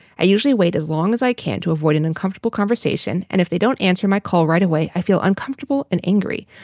i usually wait as long as i can to avoid an uncomfortable conversation. and if they don't answer my call right away, i feel uncomfortable and angry.